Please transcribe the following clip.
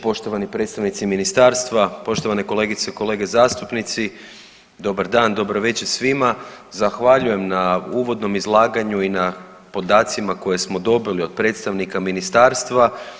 Poštovani predstavnici ministarstva, poštovane kolegice i kolege zastupnici, dobar dan, dobro večer svima, zahvaljujem na uvodnom izlaganju i na podacima koje smo dobili od predstavnika ministarstva.